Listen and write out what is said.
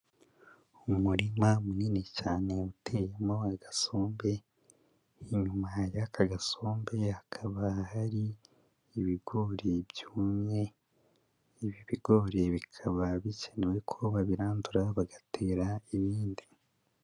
Umurima munini cyane uteyemo agasombe, inyuma y'aka gasombe, hakaba hari ibigori byumye, ibi bigori bikaba bikenewe ko babirandura bagatera ibindi.